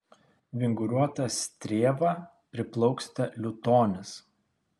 vinguriuota strėva priplauksite liutonis